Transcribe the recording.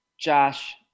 Josh